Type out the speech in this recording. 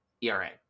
ERA